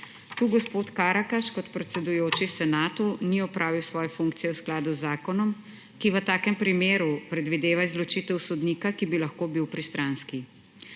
Tu gospod Karakaš kot predsedujoči senatu ni opravil svoje funkcije v skladu z zakonom, ki v takšnem primeru predvideva izločitev sodnika, ki bi lahko bil pristranski.